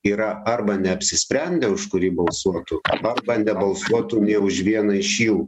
yra arba neapsisprendę už kurį balsuotų arba nebalsuotų nė už vieną iš jų